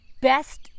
best